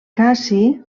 cassi